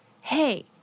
hey